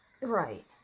Right